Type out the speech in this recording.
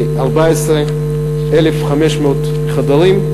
14,5000 חדרים.